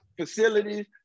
facilities